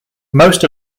most